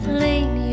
lean